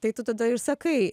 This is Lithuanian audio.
tai tu tada ir sakai